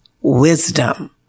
wisdom